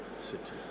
Sit